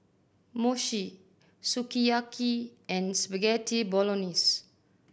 Mochi Sukiyaki and Spaghetti Bolognese